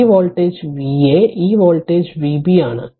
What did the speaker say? ഈ voltage Va ഈ voltage Vb ആണ്